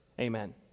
amen